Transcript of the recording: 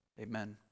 amen